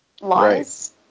lies